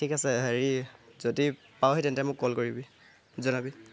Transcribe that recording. ঠিক আছে হেৰি যদি পাওহি তেন্তে মোক কল কৰিবি জনাবি